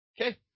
Okay